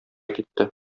китте